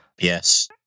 Yes